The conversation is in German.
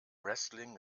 wrestling